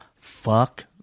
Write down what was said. fuck